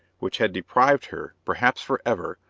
which had deprived her, perhaps for ever,